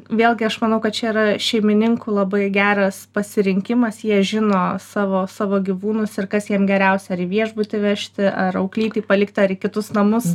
vėlgi aš manau kad čia yra šeimininkų labai geras pasirinkimas jie žino savo savo gyvūnus ir kas jiem geriausią ar į viešbutį vežti ar auklytei palikti ar į kitus amus